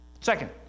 Second